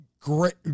great